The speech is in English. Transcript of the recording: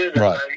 Right